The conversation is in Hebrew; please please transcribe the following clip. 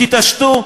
תתעשתו,